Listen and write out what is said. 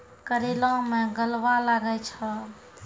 करेला मैं गलवा लागे छ?